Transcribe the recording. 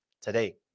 today